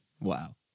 Wow